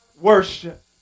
worship